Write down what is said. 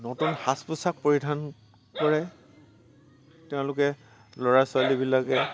নতুন সাজ পোছাক পৰিধান কৰে তেওঁলোকে ল'ৰা ছোৱালীবিলাকে